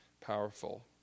powerful